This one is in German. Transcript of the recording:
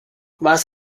was